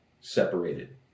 separated